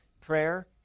Prayer